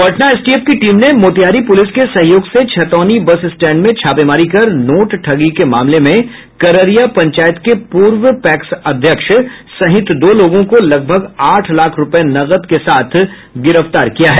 Patna STF की team ने Motihari police के सहयोग से छतौनी बस स्टैंड में छापेमारी कर नोट ठगी के मामले में कररिया पंचायत के पूर्व पैक्स अध्यक्ष सहित दो लोगों को लगभग आठ लाख रूपये नकद के साथ गिरफ्तार किया है